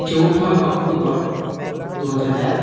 চৌঠা অক্টোবর দু হাজার এক